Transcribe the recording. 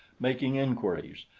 making inquiries,